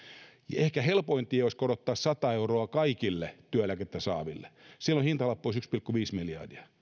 ehkä helpoin tie olisi korottaa sata euroa kaikille työeläkettä saaville silloin hintalappu olisi yksi pilkku viisi miljardia